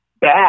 bad